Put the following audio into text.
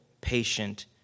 patient